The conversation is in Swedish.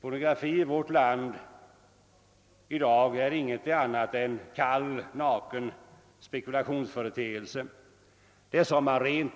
Pornografi i vårt land i dag är inget annat än en kall och naken spekulationsföreteelse. Detta sade